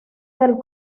del